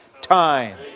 time